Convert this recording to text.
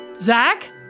Zach